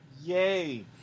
Yay